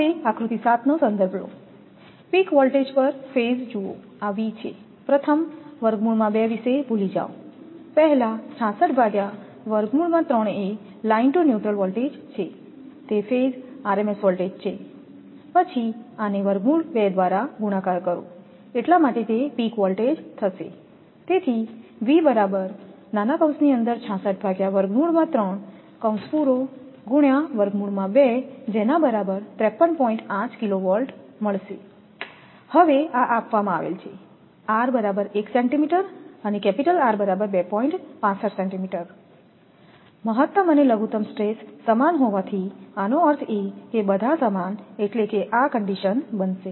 હવેઆકૃતિ 7નો સંદર્ભ લો પીક વોલ્ટેજ પર ફેઝ જુઓ આ V છે પ્રથમ વિશે ભૂલી જાઓ પહેલા એ લાઈન ટુ ન્યુટ્રલ વોલ્ટેજ છે તે ફેઝ rms વોલ્ટેજ છે પછી આને દ્વારા ગુણાકાર કરો એટલા માટે તે પીક વોલ્ટેજ થશે હવે આ આપવામાં આવેલ છે મહત્તમ અને લઘુત્તમ સ્ટ્રેસ સમાન હોવાથી આનો અર્થ એ કે બધા સમાન એટલે કે આ કન્ડિશન બનશે